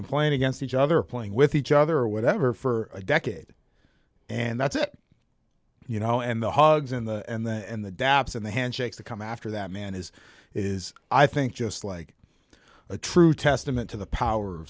been playing against each other playing with each other or whatever for a decade and that's it you know and the hugs and the and the dab's and the handshakes to come after that man is is i think just like a true testament to the power